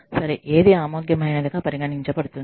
సరే ఏది ఆమోదయోగ్యమైనదిగా పరిగణించబడుతుంది